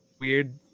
weird